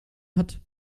hat